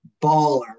baller